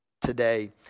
today